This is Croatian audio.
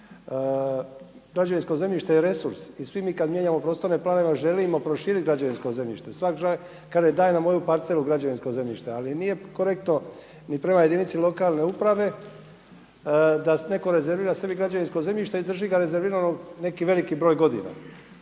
Građevinsko zemljište je resurs i svi mi kad mijenjamo prostorne planove želimo proširiti građevinsko zemljište. Svatko kaže: Daj nam moju parcelu građevinskog zemljišta. Ali nije korektno ni prema jedinici lokalne uprave da netko rezervira sebi građevinsko zemljište i drži ga rezerviranog neki veliki broj godina.